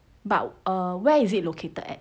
but um where is it located at